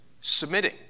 Submitting